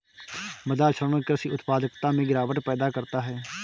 मृदा क्षरण कृषि उत्पादकता में गिरावट पैदा करता है